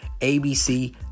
ABC